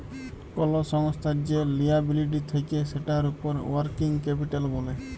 call সংস্থার যে liability থাক্যে সেটার উপর ওয়ার্কিং ক্যাপিটাল ব্যলে